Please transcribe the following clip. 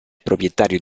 proprietario